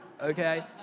okay